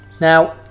Now